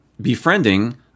befriending